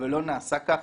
ולא נעשה כך,